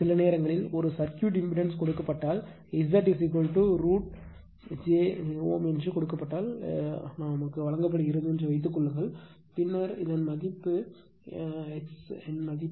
சில நேரங்களில் ஒரு சர்க்யூட் இம்பிடன்ஸ் கொடுக்கப்பட்டால் Z √ j Ω என்று கொடுக்கப்பட்டால் அது வழங்கப்படுகிறது என்று வைத்துக் கொள்ளுங்கள் பின்னர் r இன் மதிப்பு என்ன x இன் மதிப்பு